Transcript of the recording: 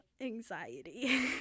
anxiety